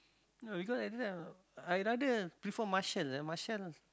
no beacause everytime I rather prefer Martial Martial